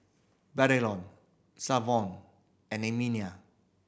Braylon and Emelia